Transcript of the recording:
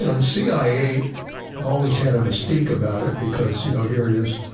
and the cia always had a mystique about it because you know, here it is,